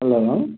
hello ma'am